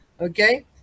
Okay